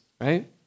right